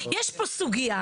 יש פה סוגיה,